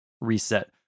reset